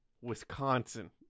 Wisconsin